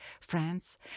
France